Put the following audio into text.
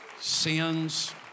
sins